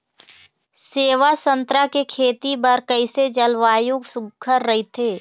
सेवा संतरा के खेती बर कइसे जलवायु सुघ्घर राईथे?